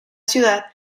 ciudad